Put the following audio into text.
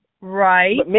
Right